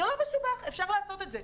זה לא מסובך, אפשר לעשות את זה.